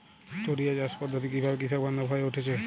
টোরিয়া চাষ পদ্ধতি কিভাবে কৃষকবান্ধব হয়ে উঠেছে?